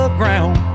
ground